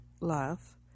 love